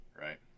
right